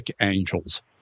Angels